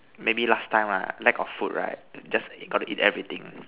maybe last time lah lack of food right just eat got to eat everything